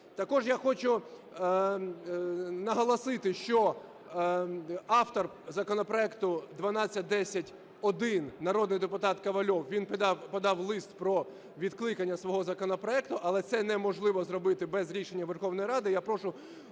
Також я хочу наголосити, що автор законопроекту 1210-1 народний депутат Ковальов, він подав лист про відкликання свого законопроекту, але це неможливо зробити без рішення Верховної Ради.